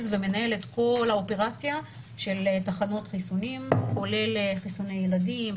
ומנהל את כל האופרציה של תחנות חיסונים כולל חיסוני ילדים,